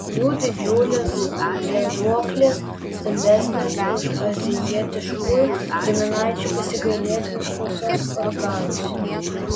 jų didžiulės vėduoklės stambesnės už azijietiškųjų giminaičių pasigailėtinus klausos organus